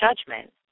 judgment